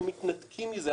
אנחנו מתנתקים מזה.